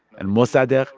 and mossadegh,